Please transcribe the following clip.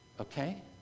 Okay